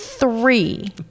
three